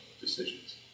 decisions